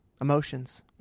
emotions